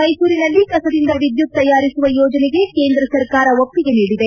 ಮೈಸೂರಿನಲ್ಲಿ ಕಸದಿಂದ ವಿದ್ಯುತ್ ತಯಾರಿಸುವ ಯೋಜನೆಗೆ ಕೇಂದ್ರ ಸರ್ಕಾರ ಒಪ್ಪಿಗೆ ನೀಡಿದೆ